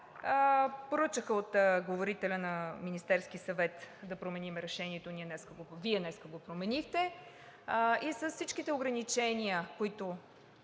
поръчаха от говорителя на Министерския съвет да променим решението, Вие днес го променихте и с всичките ограничения, които